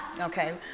Okay